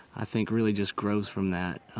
i think, really just grows from that.